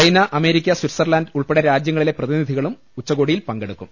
China America Switzerland ഉൾപ്പെടെ രാജ്യങ്ങളിലെ പ്രതിനിധി കളും ഉച്ചകോടിയിൽ പങ്കെടുക്കും